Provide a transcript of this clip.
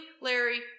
Larry